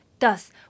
Thus